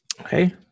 Okay